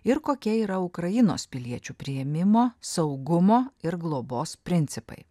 ir kokie yra ukrainos piliečių priėmimo saugumo ir globos principai